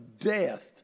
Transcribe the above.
death